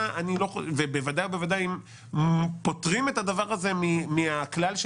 בוודאי ובוודאי אם פוטרים את הדבר הזה מהכלל של